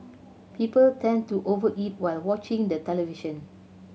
people tend to over eat while watching the television